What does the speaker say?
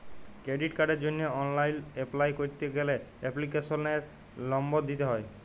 credit কার্ডের জন্হে online apply ক্যরতে গ্যালে এপ্লিকেশনের লম্বর দিত্যে হ্যয়